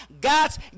God's